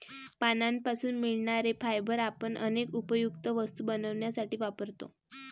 पानांपासून मिळणारे फायबर आपण अनेक उपयुक्त वस्तू बनवण्यासाठी वापरतो